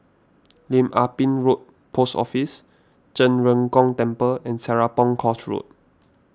Lim Ah Pin Road Post Office Zhen Ren Gong Temple and Serapong Course Road